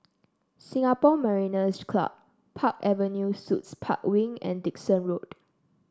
Singapore Mariners' Club Park Avenue Suites Park Wing and Dickson Road